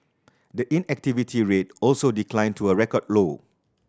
the inactivity rate also declined to a record low